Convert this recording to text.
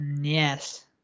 yes